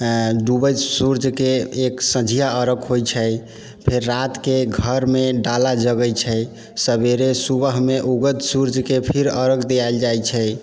डूबैत सूर्यके एक सँझिया अर्घ होइ छै फेर रातिके घरमे डाला जगै छै सवेरे सुबहमे उगतै सूर्यके फिर अरघ दियायल जाइ छै